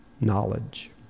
knowledge